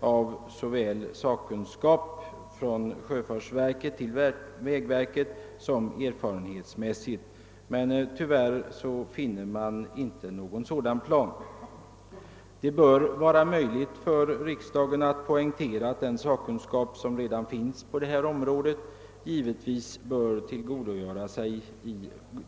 Detta gäller såväl sakkunskap från sjöfartsverket till vägverket som ett utbyte av erfarenheter, men tyvärr finner man inte att någon sådan plan föreligger. Det bör vara möjligt för riksdagen att poängtera att den sakkunskap som redan finns på detta område givetvis bör